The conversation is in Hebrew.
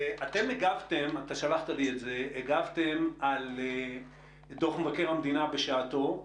אתם הגבתם אתה שלחת לי את זה על דוח מבקר המדינה בשעתו,